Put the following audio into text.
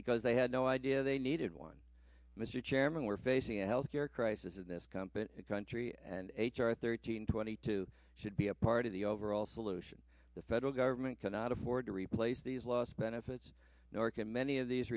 because they had no idea they needed one mr chairman we're facing a health care crisis in this company country and h r thirteen twenty two should be a part of the overall solution the federal government cannot afford to replace these lost benefits nor can many of these